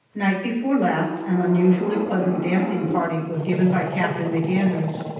night before last an unusually pleasant dancing party was given by captain mcandrews,